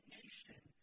nation